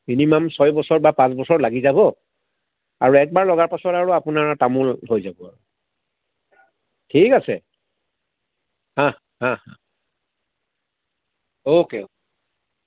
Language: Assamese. মিনিমাম ছয় বছৰ বা পাঁচ বছৰ লাগি যাব আৰু একবাৰ লগা পিছত আৰু আপোনাৰ তামোল হৈ যাব ঠিক আছে অঁ অঁ অ'কে